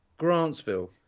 Grantsville